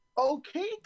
Okay